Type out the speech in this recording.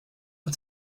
but